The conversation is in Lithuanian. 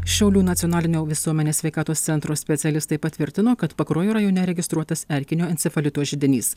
šiaulių nacionalinio visuomenės sveikatos centro specialistai patvirtino kad pakruojo rajone registruotas erkinio encefalito židinys